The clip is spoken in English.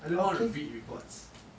I don't want to read reports